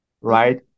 right